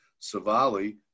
Savali